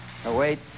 wait